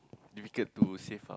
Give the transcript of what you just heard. difficult to save up